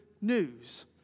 news